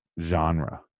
genre